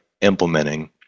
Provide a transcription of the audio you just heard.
implementing